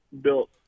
built